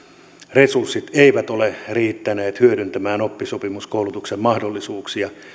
resurssit eivät ole riittäneet hyödyntämään oppisopimuskoulutuksen mahdollisuuksia